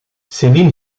céline